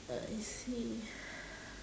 uh I see